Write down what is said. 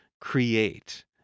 create